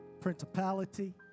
principality